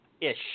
Ish